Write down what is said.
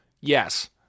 yes